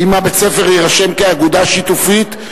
אם בית-הספר יירשם כאגודה שיתופית,